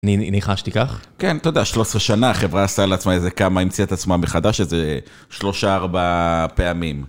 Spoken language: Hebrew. אני ניחשתי כך? כן, אתה יודע, 13 שנה, החברה עשתה על עצמה איזה כמה, המציאה את עצמה מחדש איזה 3-4 פעמים.